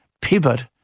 Pivot